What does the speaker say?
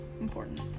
important